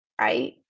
right